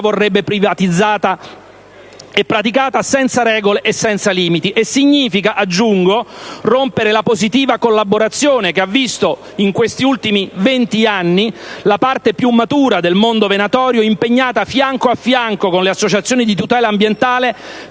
vorrebbe privatizzata e praticata senza regole e senza limiti; significa - aggiungo - rompere la positiva collaborazione che ha visto, in questi ultimi venti anni, la parte più matura del mondo venatorio impegnata fianco a fianco con le associazioni di tutela ambientale